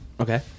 Okay